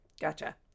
gotcha